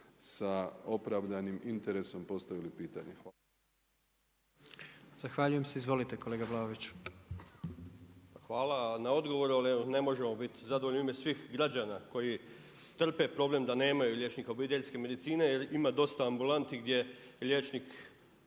**Jandroković, Gordan (HDZ)** Zahvaljujem se. Izvolite kolega Vlaović. **Vlaović, Davor (HSS)** Hvala na odgovoru, ali evo ne možemo biti zadovoljni u ime svih građana koji trpe problem da nemaju liječnika obiteljske medicine. Jer ima dosta ambulanti gdje liječnik